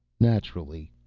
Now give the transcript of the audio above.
naturally,